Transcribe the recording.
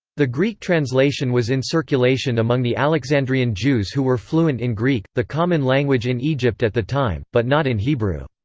the greek translation was in circulation among the alexandrian jews who were fluent in greek, the common language in egypt at the time, but not in hebrew.